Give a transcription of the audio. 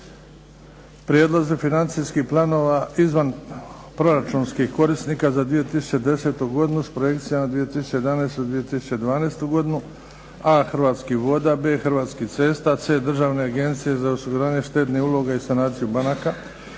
Prijedlozi financijskih planova izvanproračunskih korisnika za 2010. godinu, s projekcijama za 2011. i 2012. godinu: a) Hrvatskih voda a) Hrvatskih cesta a) Državne agencije za osiguranje štednih uloga i sanaciju banaka